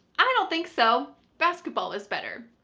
i don't think so. basketball is better.